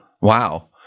Wow